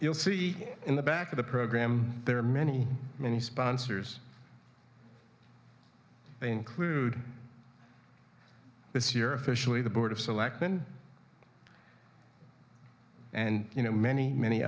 you'll see in the back of the program there are many many sponsors they include this year officially the board of selectmen and you know many many